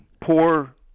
poor